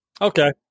okay